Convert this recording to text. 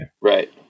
right